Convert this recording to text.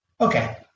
Okay